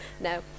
No